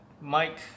mike